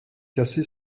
cassé